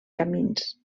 camins